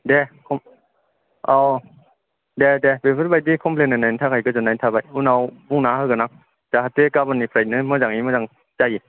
दे खम औ दे दे बेफोरबादि कमप्लेइन होनायनि थाखाय गोजोननाय थाबाय उनाव बुंना होगोन आं जाहाथे गाबोननिफ्रायनो मोजाङै मोजां जायो